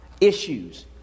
issues